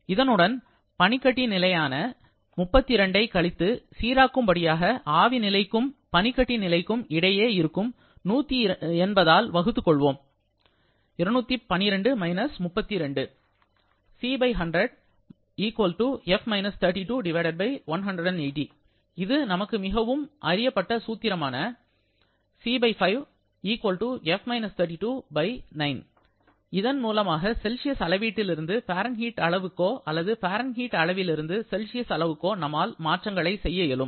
இதனுடன் மணிக்கட்டி நிலையான 32 கழித்து சீராக்கும் படியாக ஆவி நிலைக்கும் பனிக்கட்டி நிலைக்கும் இடையே இருக்கும் 180 ஆல் வகுத்து கொள்வோம் 212 - 32 இது நமக்கு மிகச் சிறப்பாக அறியப்பட்ட சூத்திரமான இதன் மூலமாக செல்சியஸ் அளவீட்டிலிருந்து பாரன்ஹீட் அளவுகோ அல்லது பாரன்ஹீட் அளவிலிருந்து செல்சியஸ் அளவுக்கோ நம்மால் மாற்றங்களை செய்ய இயலும்